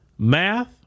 Math